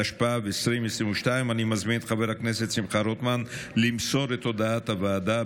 התשפ"ב 2022. אני מזמין את חבר הכנסת שמחה רוטמן למסור את הודעת הוועדה,